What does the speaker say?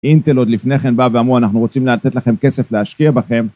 אינטל עוד לפני כן בא ואמרו אנחנו רוצים לתת לכם כסף להשקיע בכם.